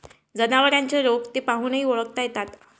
जनावरांचे रोग ते पाहूनही ओळखता येतात